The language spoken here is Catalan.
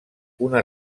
una